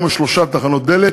אתם זוכרים "פיירוול"?